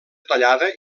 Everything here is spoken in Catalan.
tallada